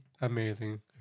amazing